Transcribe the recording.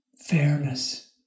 fairness